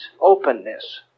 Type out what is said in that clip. openness